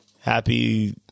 happy